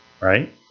Right